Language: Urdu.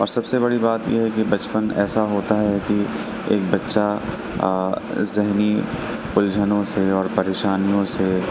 اور سب سے بڑی بات یہ ہے کہ بچپن ایسا ہوتا ہے کہ ایک بچہ ذہنی الجھنوں سے اور پریشانیوں سے